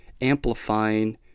amplifying